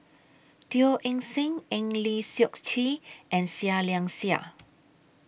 Teo Eng Seng Eng Lee Seok Chee and Seah Liang Seah